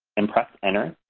and press enter.